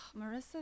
Marissa